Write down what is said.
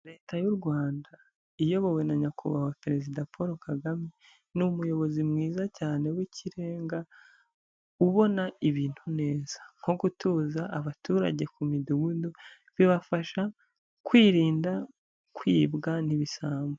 Leta y'u Rwanda iyobowe na nyakubahwa perezida Paul Kagame, ni umuyobozi mwiza cyane w'ikirenga ubona ibintu neza nko gutuza abaturage ku midugudu, bibafasha kwirinda kwibwa n'ibisambo.